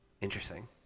Interesting